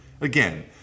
again